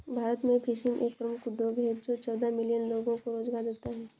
भारत में फिशिंग एक प्रमुख उद्योग है जो चौदह मिलियन लोगों को रोजगार देता है